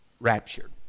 Raptured